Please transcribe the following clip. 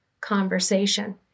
conversation